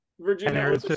Virginia